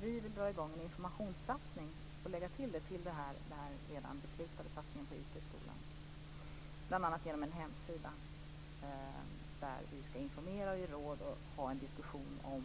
Vi vill dra i gång en informationssatsning och lägga till den till den redan beslutade satsningen på IT i skolan, bl.a. genom en hemsida där vi skall informera, ge råd och föra en diskussion om